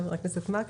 חבר הכנסת מקלב.